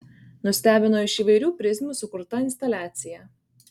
nustebino iš įvairių prizmių sukurta instaliacija